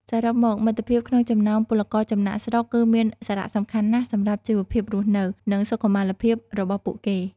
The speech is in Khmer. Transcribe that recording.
សរុបមក មិត្តភាពក្នុងចំណោមពលករចំណាកស្រុកគឺមានសារៈសំខាន់ណាស់សម្រាប់ជីវភាពរស់នៅ និងសុខុមាលភាពរបស់ពួកគេ ។